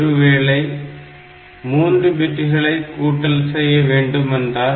ஒருவேளை 3 பிட்டுகளை கூட்டல் செய்ய வேண்டுமென்றால்